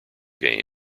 game